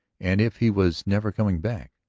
and if he was never coming back.